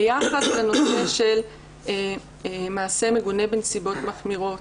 ביחס לנושא של מעשה מגונה בנסיבות מחמירות,